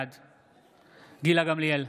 בעד גילה גמליאל,